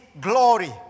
glory